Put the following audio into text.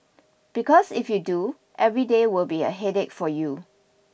because if you do every day will be a headache for you